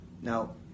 Now